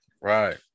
right